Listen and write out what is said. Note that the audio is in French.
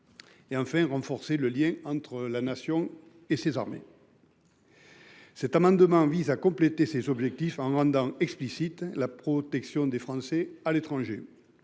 Et enfin, renforcer le lien entre la nation et ces armées. Cet amendement vise à compléter ses objectifs en rendant explicite la protection des Français à l'étranger.